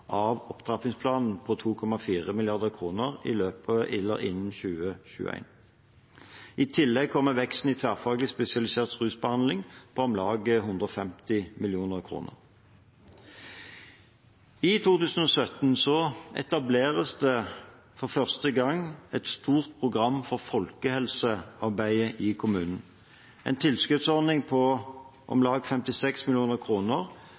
av opptrappingsplanen på 2,4 mrd. kr innen 2021. I tillegg kommer veksten i tverrfaglig spesialisert rusbehandling, på om lag 150 mill. kr. I 2017 etableres det for første gang et stort program for folkehelsearbeid i kommunene – en tilskuddsordning på om